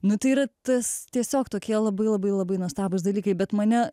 nu tai yra tas tiesiog tokie labai labai labai nuostabūs dalykai bet mane